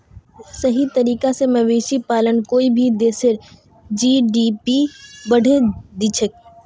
सही तरीका स मवेशी पालन कोई भी देशेर जी.डी.पी बढ़ैं दिछेक